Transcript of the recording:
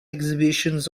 exhibitions